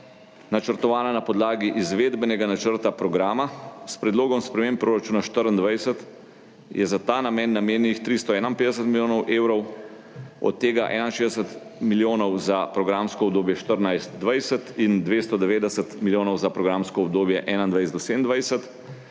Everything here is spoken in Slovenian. načrtovana na podlagi izvedbenega načrta programa. S predlogom sprememb proračuna 2024 je za ta namen namenjenih 351 milijonov evrov, od tega 61 milijonov za programsko obdobje 2014–2020 in 290 milijonov za programsko obdobje 2021–2027,